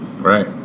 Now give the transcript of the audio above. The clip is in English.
right